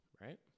right